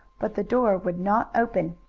but the door would not open.